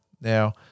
Now